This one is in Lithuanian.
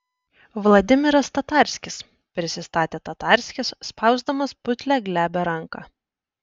vladimiras tatarskis prisistatė tatarskis spausdamas putlią glebią ranką